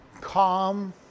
calm